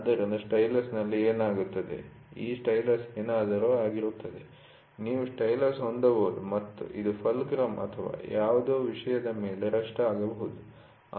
ಆದ್ದರಿಂದ ಸ್ಟೈಲಸ್ನಲ್ಲಿ ಏನಾಗುತ್ತದೆ ಈ ಸ್ಟೈಲಸ್ ಏನಾದರೂ ಆಗಿರುತ್ತದೆ ನೀವು ಸ್ಟೈಲಸ್ ಹೊಂದಬಹುದು ಮತ್ತು ಇದು ಫಲ್ಕ್ರಮ್ ಅಥವಾ ಯಾವುದೋ ವಿಷಯದ ಮೇಲೆ ರೆಸ್ಟ್ ಆಗಬಹುದು